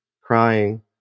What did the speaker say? crying